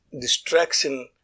distraction